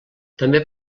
també